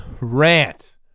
rant